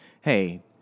hey